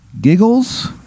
giggles